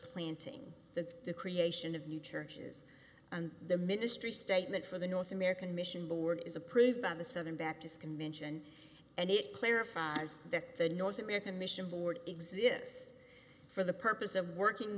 planting the creation of new churches the ministry statement for the north american mission board is approved by the southern baptist convention and it clarifies that the north american mission board exists for the purpose of working